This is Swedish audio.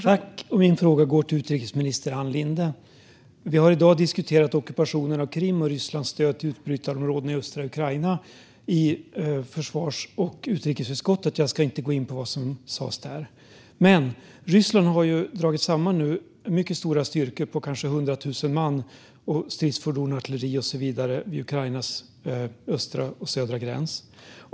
Fru talman! Min fråga går till utrikesminister Ann Linde. Vi har i försvars och utrikesutskottet i dag diskuterar ockupationen av Krim och Rysslands stöd till utbrytarområden i östra Ukraina. Jag ska inte gå in mer på vad som sas där. Men Ryssland har nu dragit samman mycket stora styrkor på kanske hundra tusen man med stridsfordon, artilleri och så vidare vid Ukrainas östra och södra gräns.